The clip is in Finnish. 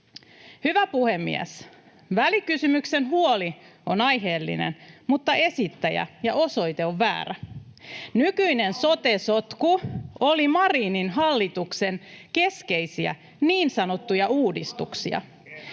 Hyvä puhemies! Välikysymyksen huoli on aiheellinen, mutta esittäjä ja osoite ovat vääriä. [Antti Kurvinen: Hallitus vastaa!] Nykyinen sote-sotku oli Marinin hallituksen keskeisiä, niin sanottuja ”uudistuksia”.